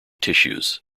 tissues